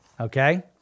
Okay